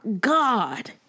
God